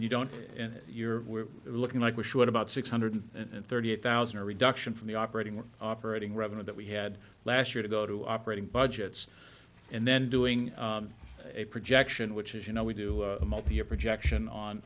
you don't and you're looking like we should about six hundred and thirty eight thousand a reduction from the operating room operating revenue that we had last year to go to operating budgets and then doing a projection which is you know we do a multi year projection on